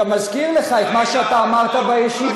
אני גם מזכיר לך את מה שאמרת בישיבה,